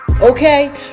okay